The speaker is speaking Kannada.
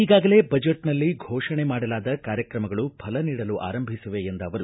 ಈಗಾಗಲೇ ಬಜೆಟ್ನಲ್ಲಿ ಘೋಷಣೆ ಮಾಡಲಾದ ಕಾರ್ಯಕ್ರಮಗಳು ಫಲ ನೀಡಲು ಆರಂಭಿಸಿವೆ ಎಂದರು